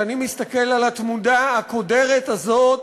כשאני מסתכל על התמונה הקודרת הזאת,